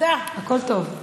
הכול טוב.